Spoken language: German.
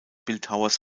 bildhauers